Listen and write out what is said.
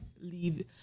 leave